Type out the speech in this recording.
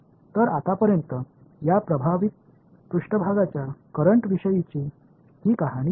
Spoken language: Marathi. तर आतापर्यंत या प्रभावित पृष्ठभागाच्या करंट विषयीची ही कहाणी आहे